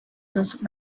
those